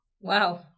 Wow